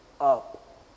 up